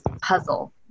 puzzle